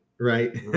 Right